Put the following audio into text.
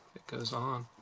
it goes on.